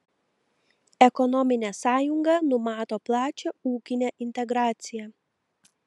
ekonominė sąjunga numato plačią ūkinę integraciją